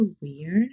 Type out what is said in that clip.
weird